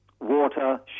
water